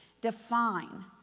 define